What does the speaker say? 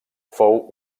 fou